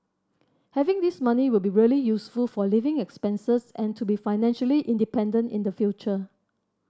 having this money will be really useful for living expenses and to be financially independent in the future